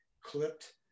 clipped